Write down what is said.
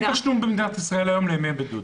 אין היום במדינת ישראל תשלום לימי בידוד.